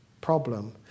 Problem